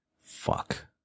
Fuck